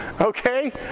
okay